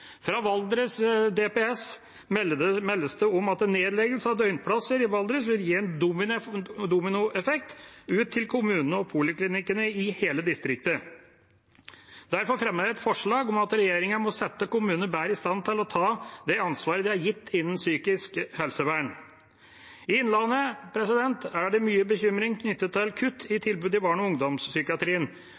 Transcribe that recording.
DPS Valdres meldes det om at nedleggelse av døgnplasser i Valdres vil gi en dominoeffekt ut til kommunene og poliklinikkene i hele distriktet. Derfor fremmer vi et forslag om at regjeringa må sette kommunene bedre i stand til å ta det ansvaret de er gitt innen psykisk helsevern. I Innlandet er det mye bekymring knyttet til kutt i tilbudet i barne- og ungdomspsykiatrien.